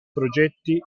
progetti